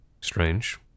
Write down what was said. Strange